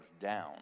down